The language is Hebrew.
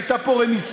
הייתה פה רמיסה,